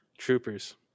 troopers